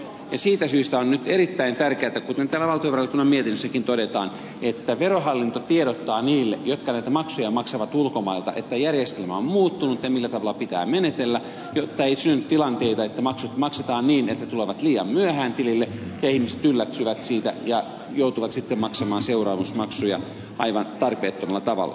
ja siitä syystä on nyt erittäin tärkeätä kuten täällä valtiovarainvaliokunnan mietinnössäkin todetaan että verohallinto tiedottaa niille jotka näitä maksuja maksavat ulkomailta että järjestelmä on muuttunut ja millä tavalla pitää menetellä jotta ei synny tilanteita että maksut maksetaan niin että ne tulevat liian myöhään tilille ja ihmiset yllättyvät siitä ja joutuvat maksamaan seuraamusmaksuja aivan tarpeettomalla tavalla